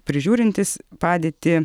prižiūrintys padėtį